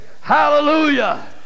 Hallelujah